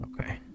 Okay